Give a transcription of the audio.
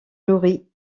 nourrit